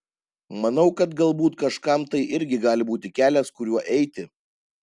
manau kad galbūt kažkam tai irgi gali būti kelias kuriuo eiti